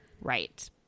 Right